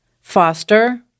foster